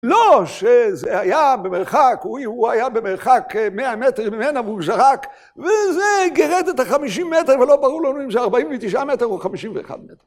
לא, שזה היה במרחק, הוא היה במרחק מאה מטרים ממנה והוא זרק וזה גרד את החמישים מטר ולא ברור לנו אם זה ארבעים ותשעה מטר או חמישים ואחת מטר.